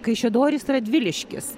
kaišiadorys radviliškis